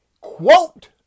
quote